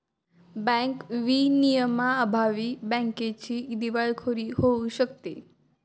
bank विनियमांअभावी बँकेची दिवाळखोरी होऊ शकते